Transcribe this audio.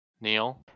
neil